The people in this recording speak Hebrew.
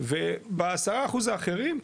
ובעשרה אחוז האחרים,